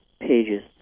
pages